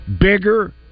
bigger